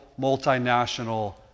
multinational